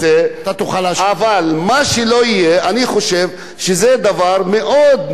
אני חושב שזה דבר מאוד נחוץ לאוכלוסייה החלשה הזאת,